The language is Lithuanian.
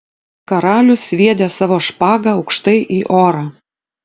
karalius sviedė savo špagą aukštai į orą